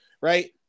right